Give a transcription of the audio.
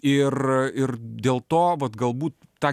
ir ir dėl to vat galbūt tą